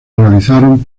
realizaron